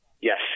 Yes